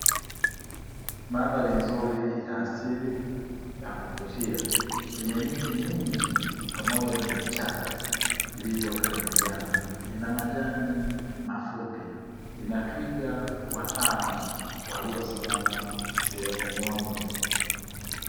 Mandhari nzuri ya asili ya kuvutia yenye miti mingi pamoja na vichaka vilivyokaribiana, vina majani mafupi ina twiga watano walio simama sehemu moja.